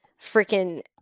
freaking